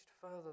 further